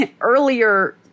earlier